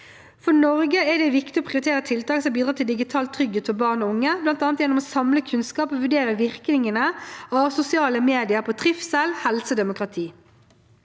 For Norge er det viktig å prioritere tiltak som bidrar til digital trygghet for barn og unge, bl.a. gjennom å samle kunnskap og vurdere virkningene av sosiale medier på trivsel, helse og demokrati.